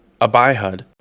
Abihud